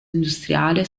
industriale